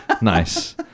Nice